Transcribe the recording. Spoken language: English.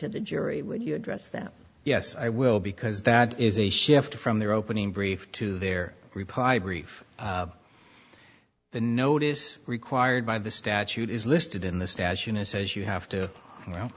to the jury would you address that yes i will because that is a shift from their opening brief to their reply brief the notice required by the statute is listed in the statute as says you have to